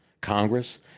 Congress